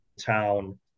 town